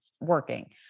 working